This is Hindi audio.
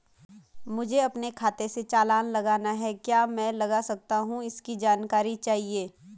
मुझे अपने खाते से चालान लगाना है क्या मैं लगा सकता हूँ इसकी जानकारी चाहिए?